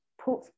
put